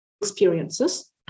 experiences